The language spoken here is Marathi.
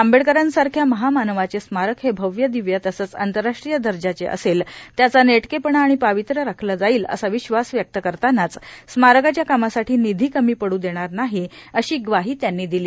आंबेडकरांसारख्या महामानवाचे स्मारक हे भव्यदिव्य तसेच आंतरराष्ट्रीय दर्जाचे असेल त्याचा नेटकेपणा आणि पावित्र्य राखले जाईल असा विश्वास व्यक्त करतानाच स्मारकाच्या कामासाठी निधी कमी पडू देणार नाही अशी ग्वाही त्यांनी दिली